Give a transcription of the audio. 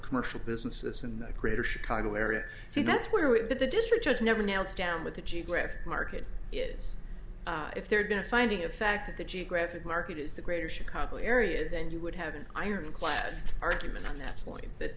commercial businesses in the greater chicago area so that's where we are but the district judge never nails down with the geographic market is if they're going to finding a fact that the geographic market is the greater chicago area then you would have an ironclad argument that only that